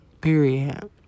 period